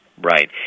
Right